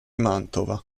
mantova